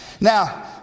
Now